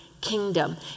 Kingdom